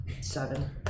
Seven